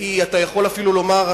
אתה יכול אפילו לומר,